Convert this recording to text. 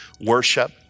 worship